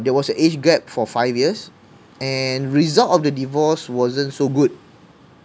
there was an age gap for five years and result of the divorce wasn't so good